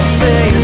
say